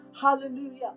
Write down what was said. hallelujah